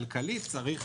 כלכלית, צריך